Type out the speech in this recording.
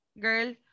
girl